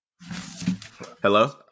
Hello